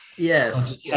Yes